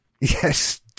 yes